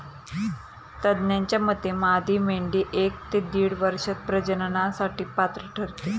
तज्ज्ञांच्या मते मादी मेंढी एक ते दीड वर्षात प्रजननासाठी पात्र ठरते